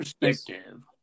perspective